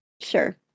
Sure